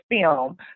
film